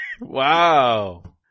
Wow